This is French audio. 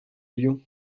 lyon